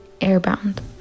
Airbound